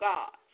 God